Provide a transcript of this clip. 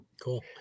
cool